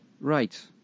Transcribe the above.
Right